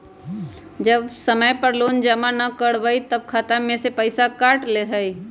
जब समय पर लोन जमा न करवई तब खाता में से पईसा काट लेहई?